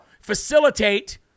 facilitate